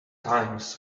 times